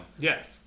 Yes